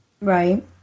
Right